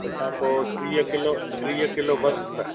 तंहिंखां पोइ टीह किलो टीह किलो बसरि आहे